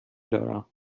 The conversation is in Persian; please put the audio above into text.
دارم